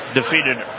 defeated